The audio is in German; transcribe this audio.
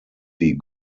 die